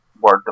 word